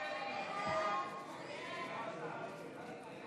הצעת סיעת המחנה הממלכתי להביע